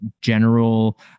general